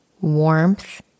warmth